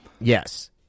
Yes